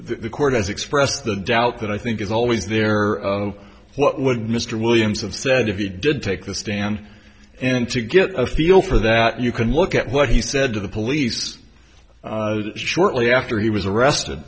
the court has expressed the doubt that i think is always there what would mr williams have said if he did take the stand and to get a feel for that you can look at what he said to the police shortly after he was arrested